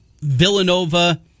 Villanova